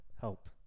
help